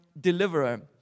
deliverer